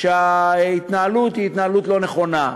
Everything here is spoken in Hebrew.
כאשר ההתנהלות היא התנהלות לא נכונה,